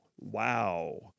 wow